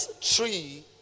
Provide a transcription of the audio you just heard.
tree